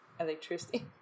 electricity